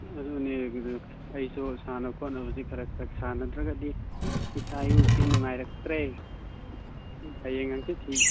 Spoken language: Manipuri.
ꯑꯗꯨꯅꯦ ꯑꯗꯨ ꯑꯩꯁꯨ ꯁꯥꯟꯅ ꯈꯣꯠꯅꯕꯁꯦ ꯈꯔ ꯈꯔ ꯁꯥꯟꯅꯗ꯭ꯔꯒꯗꯤ ꯏꯁꯥ ꯏꯌꯨꯁꯤ ꯅꯨꯡꯉꯥꯏꯔꯛꯇ꯭ꯔꯦ ꯍꯌꯦꯡ ꯍꯥꯡꯆꯤꯠ ꯁꯤ